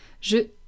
Je